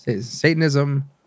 Satanism